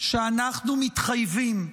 שאנחנו מתחייבים,